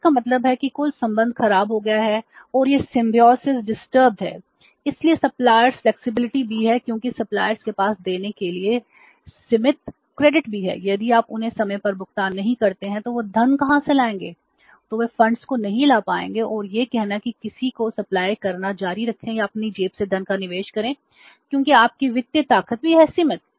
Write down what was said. तो इसका मतलब है कि कुल संबंध खराब हो गया है और यह सिंबोसिस करना जारी रखें या अपनी जेब से धन का निवेश करें क्योंकि आपकी वित्तीय ताकत भी है सीमित